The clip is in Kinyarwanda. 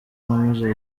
nkomeje